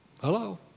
Hello